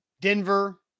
Denver